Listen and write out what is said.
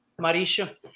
Marisha